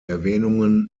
erwähnungen